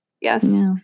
Yes